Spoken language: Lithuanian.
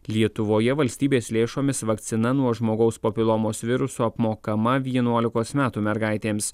lietuvoje valstybės lėšomis vakcina nuo žmogaus papilomos viruso apmokama vienuolikos metų mergaitėms